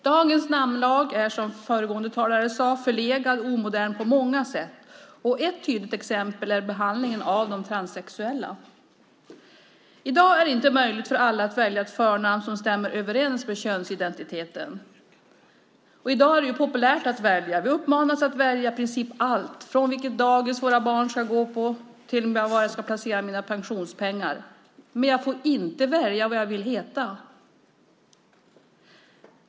Dagens namnlag är, som föregående talare sade, förlegad och omodern på många sätt, och ett tydligt exempel är behandlingen av de transsexuella. I dag är det inte möjligt för alla att välja ett förnamn som stämmer överens med könsidentiteten, och i dag är det ju populärt att välja. Vi uppmanas att välja i princip allt från vilket dagis våra barn ska gå på till var man ska placera sina pensionspengar. Men man får inte välja vad man vill heta.